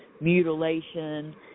mutilation